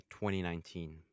2019